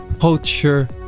culture